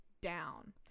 down